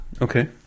Okay